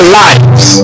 lives